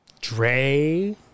Dre